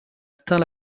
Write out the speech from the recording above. atteint